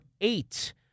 eight